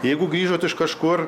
jeigu grįžot iš kažkur